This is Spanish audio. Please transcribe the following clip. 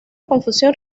confusión